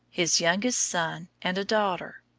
his youngest son and a daughter.